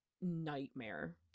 nightmare